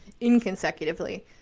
inconsecutively